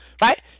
right